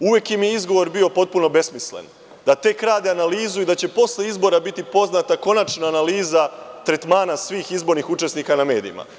Uvek im je izgovor bio potpuno besmislen, da tek rade analizu i da će posle izbora biti poznata konačna analiza tretmana svih izbornih učesnika na medijima.